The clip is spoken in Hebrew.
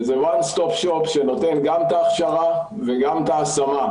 וזה one stop shop שנותן גם את ההכשרה וגם את ההשמה.